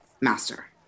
Master